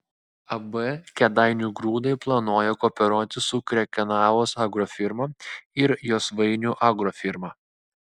ab kėdainių grūdai planuoja kooperuotis su krekenavos agrofirma ir josvainių agrofirma